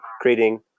creating